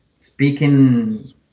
speaking